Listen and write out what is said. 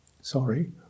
sorry